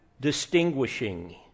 distinguishing